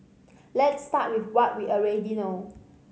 let's start with what we already know